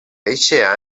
eixe